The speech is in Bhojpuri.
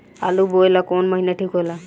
आलू बोए ला कवन महीना ठीक हो ला?